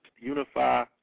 unify